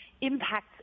impacts